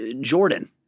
Jordan